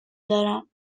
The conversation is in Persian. دارم